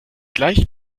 gleich